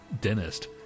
dentist